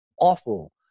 awful